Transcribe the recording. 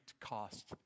cost